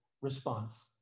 response